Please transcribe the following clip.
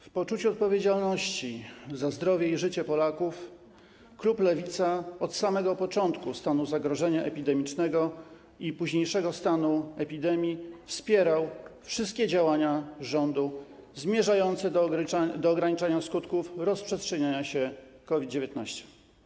W poczuciu odpowiedzialności za zdrowie i życie Polaków klub Lewica od samego początku stanu zagrożenia epidemicznego i późniejszego stanu epidemii wspierał wszystkie działania rządu zmierzające do ograniczania skutków rozprzestrzeniania się COVID-19.